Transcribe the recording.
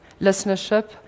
listenership